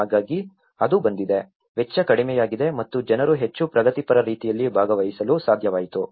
ಹಾಗಾಗಿ ಅದು ಬಂದಿದೆ ವೆಚ್ಚ ಕಡಿಮೆಯಾಗಿದೆ ಮತ್ತು ಜನರು ಹೆಚ್ಚು ಪ್ರಗತಿಪರ ರೀತಿಯಲ್ಲಿ ಭಾಗವಹಿಸಲು ಸಾಧ್ಯವಾಯಿತು